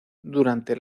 durante